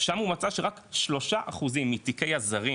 שם הוא מצא שרק שלושה אחוזים מתיקי הזרים,